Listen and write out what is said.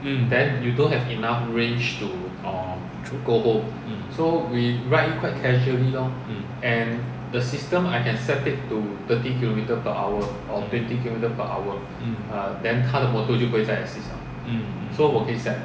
mm orh true mm mm mm mm mm mm